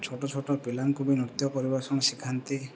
ଛୋଟ ଛୋଟ ପିଲାଙ୍କୁ ବି ନୃତ୍ୟ ପରିବେଷଣ ଶିଖାନ୍ତି